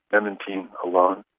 memantine alone,